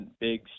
big